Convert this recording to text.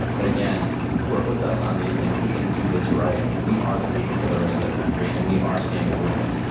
but work with us on these things. we can do this right. and we are the beacon for the rest of the country, and we are seeing a movement.